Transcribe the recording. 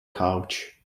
couch